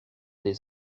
des